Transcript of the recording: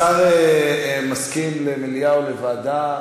השר מסכים למליאה או ועדה.